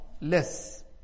less